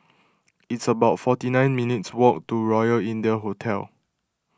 It's about forty nine minutes' walk to Royal India Hotel